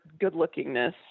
good-lookingness